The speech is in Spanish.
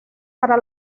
para